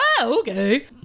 okay